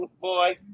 boy